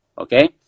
okay